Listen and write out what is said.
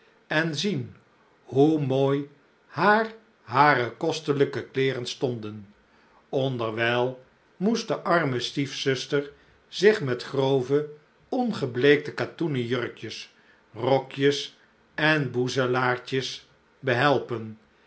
en zien hoe mooi haar hare kostelijke kleêren stonden onderwijl moest de arme stiefzuster zich met grove ongebleekte katoenen jurkjes rokjes en boezelaartjes behelpen